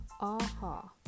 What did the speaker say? AHA